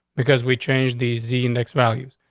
because we changed the z index values.